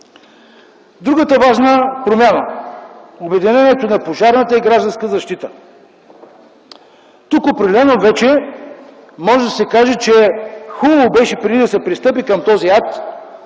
Другата важна промяна - обединението на Пожарната и „Гражданска защита”. Тук определено може да се каже, че преди да се пристъпи към този акт,